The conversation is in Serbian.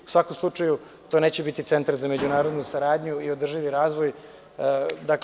U svakom slučaju, to neće biti centar za međunarodnu saradnju i održivi razvoje.